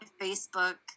Facebook